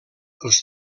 els